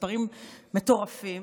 מספרים מטורפים.